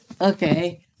Okay